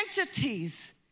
entities